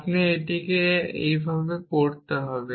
আপনি এটিকে এইভাবে পড়তে হবে